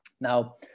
now